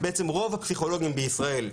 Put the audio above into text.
רוב הפסיכולוגים בישראל,